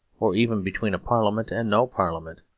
or even between a parliament and no parliament.